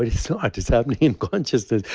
it so ah it is happening in consciousness.